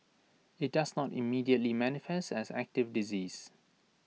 IT does not immediately manifest as active disease